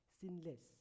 sinless